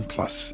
Plus